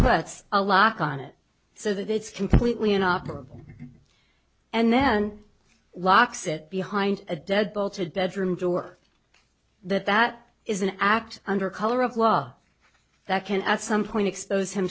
that's a lock on it so that it's completely an operable and then locks it behind a dead bolted bedroom door that that is an act under color of law that can at some point expose him